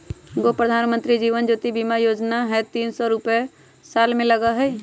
गो प्रधानमंत्री जीवन ज्योति बीमा योजना है तीन सौ तीस रुपए साल में लगहई?